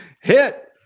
Hit